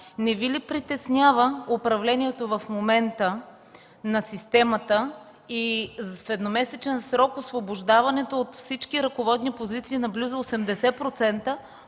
не Ви ли притеснява управлението в момента на системата и с едномесечен срок освобождаването от всички ръководни позиции на близо 80%